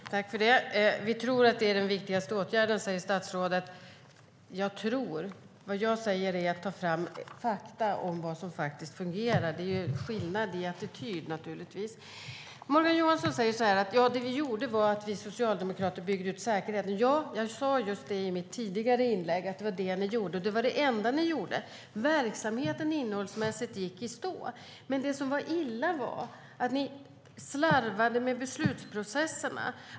Herr talman! Statsrådet "tror" att det är den viktigaste åtgärden. Vad jag säger är att det måste tas fram fakta om vad som fungerar. Där finns naturligtvis en skillnad i attityd. Morgan Johansson säger att det Socialdemokraterna gjorde var att bygga ut säkerheten. Ja, jag sa just i mitt förra anförande att det var det ni gjorde. Men det var det enda ni gjorde. Innehållsmässigt gick verksamheten i stå. Illa var att ni slarvade med beslutsprocesserna.